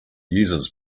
users